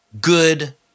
Good